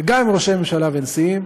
וגם עם ראשי ממשלה ונשיאים,